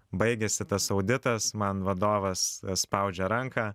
baigiasi tas auditas man vadovas spaudžia ranką